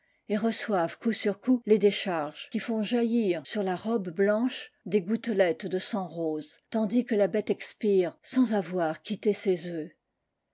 et reçoivent coup sur coup les décharges qui font jaillir sur la robe blanche des gouttelettes de sang rose tandis que la béte expire sans avoir quitté ses œufs